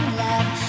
love